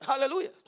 Hallelujah